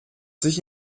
sich